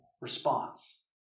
response